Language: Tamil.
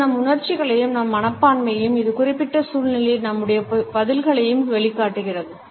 அது நம் உணர்ச்சிகளையும் நம் மனப்பான்மையையும் ஒரு குறிப்பிட்ட சூழ்நிலையில் நம்முடைய பதில்களையும் வெளிகாட்டுகிறது